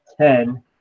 ten